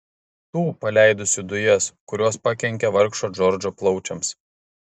tų paleidusių dujas kurios pakenkė vargšo džordžo plaučiams